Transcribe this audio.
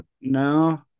no